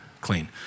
clean